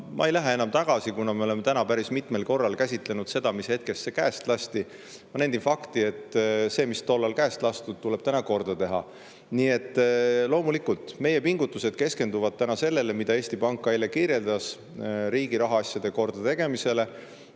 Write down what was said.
ma ei lähe enam tagasi selle juurde, kuna me oleme täna päris mitmel korral seda käsitlenud, mis hetkest see käest lasti, aga ma nendin fakti, et see, mis tollal käest lasti, tuleb täna korda teha. Nii et loomulikult, meie pingutused keskenduvad täna sellele, mida Eesti Pank ka eile kirjeldas, riigi rahaasjade kordategemisele,